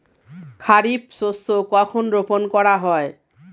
খারিফ শস্য কখন রোপন করা হয়?